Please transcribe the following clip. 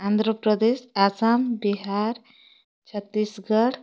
Andhra Pradesh Assam Bihar Chhattisgarh